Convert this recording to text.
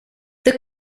the